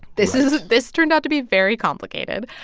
this is this turned out to be very complicated.